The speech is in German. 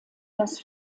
das